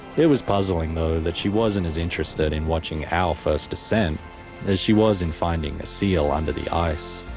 it was puzzling though that she wasn't as interested in watching our first descent as she was in finding a seal under the ice.